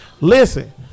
Listen